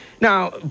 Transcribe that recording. Now